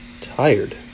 tired